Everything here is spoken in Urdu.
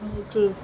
نیچے